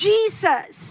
Jesus